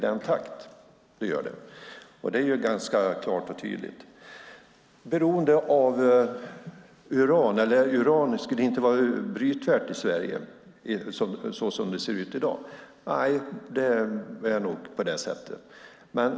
Det är ganska klart och tydligt. Nej, det är nog på det sättet att uran inte skulle vara brytvärt i Sverige så som det ser ut i dag.